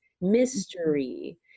mystery